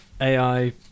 AI